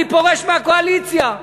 אני פורש מהקואליציה.